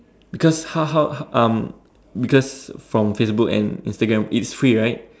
because how how how um because from Facebook and Instagram it's free right